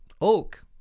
Oak